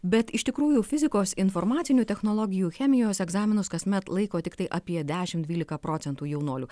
bet iš tikrųjų fizikos informacinių technologijų chemijos egzaminus kasmet laiko tiktai apie dešimt dvylika procentų jaunuolių